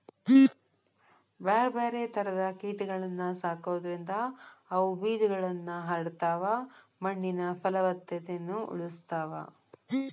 ಬ್ಯಾರ್ಬ್ಯಾರೇ ತರದ ಕೇಟಗಳನ್ನ ಸಾಕೋದ್ರಿಂದ ಅವು ಬೇಜಗಳನ್ನ ಹರಡತಾವ, ಮಣ್ಣಿನ ಪಲವತ್ತತೆನು ಉಳಸ್ತಾವ